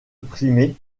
primé